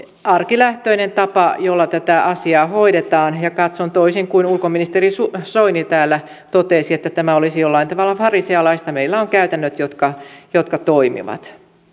arkilähtöinen tapa jolla tätä asiaa hoidetaan ja katson toisin kuin ulkoministeri soini joka täällä totesi että tämä olisi jollain lailla farisealaista meillä on käytännöt jotka jotka toimivat